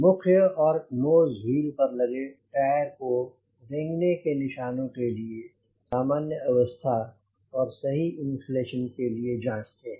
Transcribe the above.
मुख्य और nose wheel पर लगे टायर को रेंगने का निशानों के लिए सामान्य अवस्था और सही इन्फ्लेशन के लिए जांचते हैं